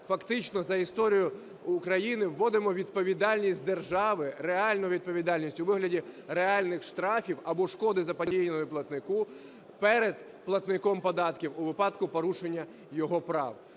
фактично за історію України, вводимо відповідальність держави, реальну відповідальність, у вигляді реальних штрафів або шкоди, заподіяної платнику, перед платником податків у випадку порушення його прав.